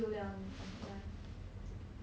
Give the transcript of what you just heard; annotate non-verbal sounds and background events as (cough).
(laughs)